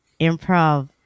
improv